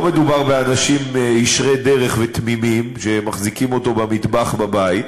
לא מדובר באנשים ישרי דרך ותמימים שמחזיקים אותו במטבח בבית.